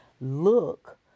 look